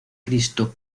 cristo